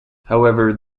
however